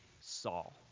Saul